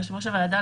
יושב-ראש הוועדה,